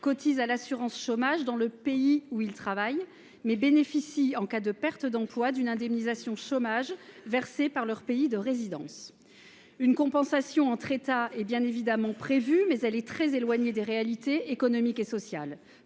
cotisent à l’assurance chômage dans le pays où ils travaillent, mais qu’ils bénéficient, en cas de perte d’emploi, d’une indemnisation chômage versée par leur pays de résidence. Une compensation entre États est bien évidemment prévue, mais elle est très éloignée des réalités économiques et sociales.